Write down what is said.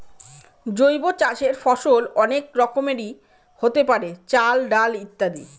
জৈব চাষের ফসল অনেক রকমেরই হতে পারে, চাল, ডাল ইত্যাদি